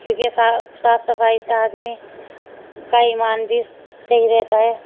کیونکہ صاف صاف صفائی سے آدمی کا ایمان بھی صحیح رہتا ہے